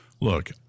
Look